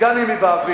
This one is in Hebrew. גם אם היא באוויר,